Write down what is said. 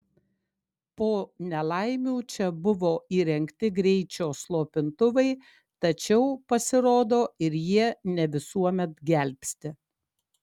po nelaimių čia buvo įrengti greičio slopintuvai tačiau pasirodo ir jie ne visuomet gelbsti